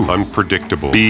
Unpredictable